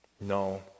No